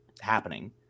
happening